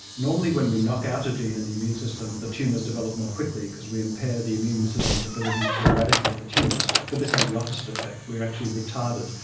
normally when we knock out a gene in the immune system the tumours develop more quickly because we impair the immune system's ability to eradicate the tumours, but this had the opposite effect, we actually retarded,